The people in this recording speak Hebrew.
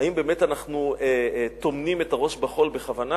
האם באמת אנחנו טומנים את הראש בחול בכוונה?